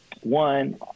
one